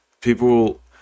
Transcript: People